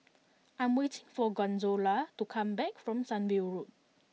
I'm waiting for Gonzalo to come back from Sunview Road